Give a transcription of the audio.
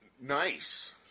Nice